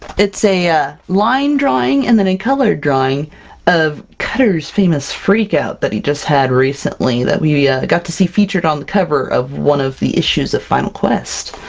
it's a a line drawing and then a coloured drawing of cutters famous freak-out that he just had recently, that we yeah got to see featured on the cover of one of the issues of final quest!